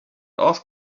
ask